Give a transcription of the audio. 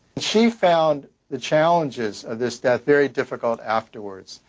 she found the challenges of this death very difficult afterwards.